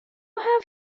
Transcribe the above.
have